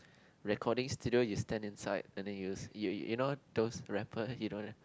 recording studio you stand inside and then you you you know those rapper you know